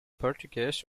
portuguese